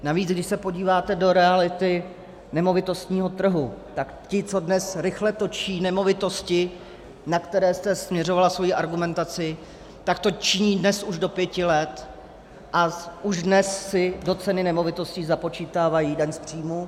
Navíc, když se podíváte do reality nemovitostního trhu, tak ti, co dnes rychle točí nemovitosti, na které jste směřovala svoji argumentaci, tak to činí dnes už do pěti let a už dnes si do ceny nemovitostí započítávají daň z příjmů.